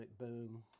boom